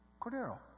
Cordero